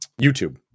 youtube